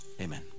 amen